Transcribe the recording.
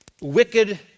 wicked